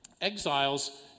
Exiles